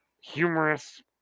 humorous